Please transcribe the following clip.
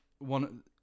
one